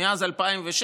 מאז 2006,